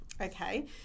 Okay